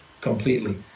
completely